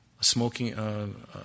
smoking